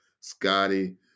Scotty